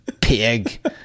pig